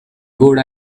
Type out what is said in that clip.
good